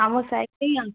ଆମ ସାଇଡ଼୍ ଦେଇ ହିଁ ଯାଉଛନ୍ତି